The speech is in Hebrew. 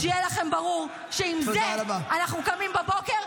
אז שיהיה לכם ברור שעם זה אנחנו קמים בבוקר,